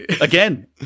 Again